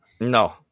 No